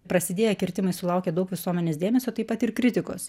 prasidėję kirtimai sulaukė daug visuomenės dėmesio taip pat ir kritikos